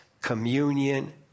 communion